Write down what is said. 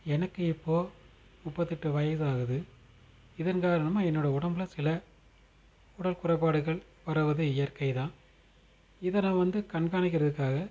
எனக்கு இப்போது முப்பத்தெட்டு வயதாகுது இதன் காரணமாக என்னோடய உடம்புல சில உடல் குறைபாடுகள் வருவது இயற்கைதான் இதனை வந்து கண்காணிக்கிறதுக்காக